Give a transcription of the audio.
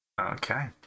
Okay